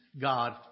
God